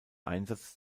einsatz